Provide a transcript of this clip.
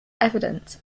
evidence